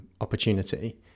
opportunity